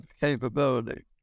capability